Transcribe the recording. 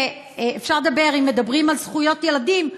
אם מדברים על זכויות ילדים,